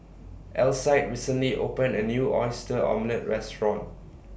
Alcide recently opened A New Oyster Omelette Restaurant